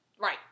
Right